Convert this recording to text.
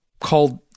called